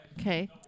Okay